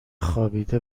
خوابیده